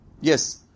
Yes